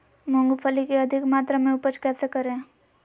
मूंगफली के अधिक मात्रा मे उपज कैसे करें?